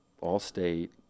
all-state